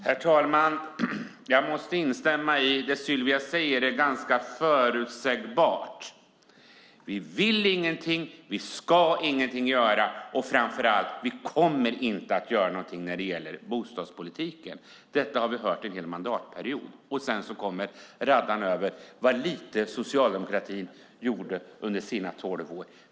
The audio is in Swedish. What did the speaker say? Herr talman! Jag måste instämma i det Sylvia Lindgren säger, att svaret är ganska förutsägbart. Man vill ingenting, man ska ingenting göra och framför allt kommer man inte att göra någonting när det gäller bostadspolitiken. Det har vi hört en hel mandatperiod. Sedan kommer en radda om hur lite Socialdemokraterna gjorde under sina tolv år.